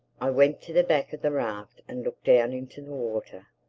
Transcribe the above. i went to the back of the raft and looked down into the water.